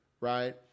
right